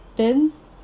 then